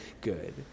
good